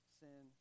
sin